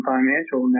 Financial